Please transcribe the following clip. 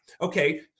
Okay